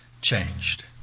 changed